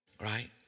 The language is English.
Right